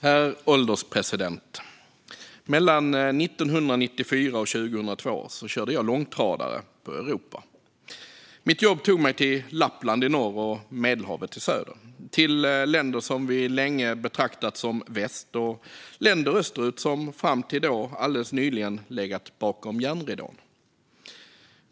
Herr ålderspresident! Mellan 1994 och 2002 körde jag långtradare i Europa. Mitt jobb tog mig till Lappland i norr och Medelhavet i söder. Det tog mig till länder som vi länge betraktat som väst och länder österut som fram tills alldeles nyligen legat bakom järnridån.